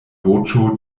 voĉo